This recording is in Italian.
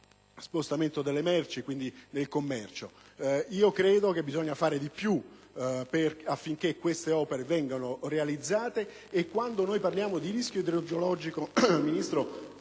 spostamento delle merci e il commercio. Credo che si debba fare di più affinché queste opere vengano realizzate. Quando poi si parla di rischio idrogeologico, Ministro,